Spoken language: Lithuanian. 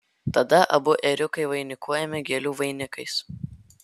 tada abu ėriukai vainikuojami gėlių vainikais